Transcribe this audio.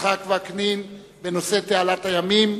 יצחק וקנין בנושא תעלת הימים.